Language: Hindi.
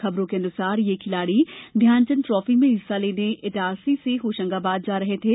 खबरों के अनुसार ये खिलाड़ी ध्यानचंद ट्रॉफी में हिस्सा लेने इटारसी से होशंगाबाद जा रहे थे